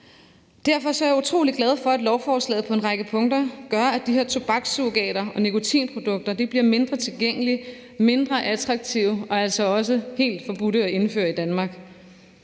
Derfor er jeg utrolig glad for, at lovforslaget på en række punkter gør, at de af tobakssurrogater og nikotinprodukter bliver mindre tilgængelige, mindre attraktive og altså også helt forbudte at indføre i Danmark.